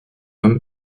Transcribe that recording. homme